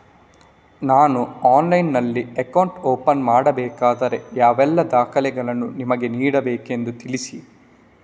ನಾನು ಆನ್ಲೈನ್ನಲ್ಲಿ account open ಮಾಡಬೇಕಾದರೆ ಯಾವ ಎಲ್ಲ ದಾಖಲೆಗಳನ್ನು ನಿಮಗೆ ನೀಡಬೇಕೆಂದು ತಿಳಿಸಿ?